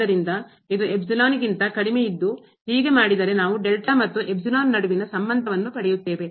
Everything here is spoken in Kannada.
ಆದ್ದರಿಂದ ಇದು ಗಿಂತ ಕಡಿಮೆ ಇದ್ದು ಹೀಗೆ ಮಾಡಿದರೆ ನಾವು ಮತ್ತು ನಡುವಿನ ಸಂಬಂಧವನ್ನು ಪಡೆಯುತ್ತೇವೆ